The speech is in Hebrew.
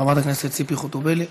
חברת הכנסת ציפי חוטובלי,